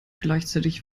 gleichzeitig